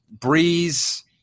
Breeze